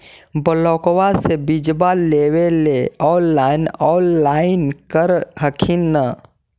ब्लोक्बा से बिजबा लेबेले ऑनलाइन ऑनलाईन कर हखिन न?